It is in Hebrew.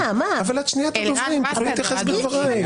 תוכלי להתייחס בדברייך.